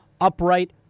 upright